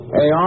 Hey